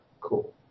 cool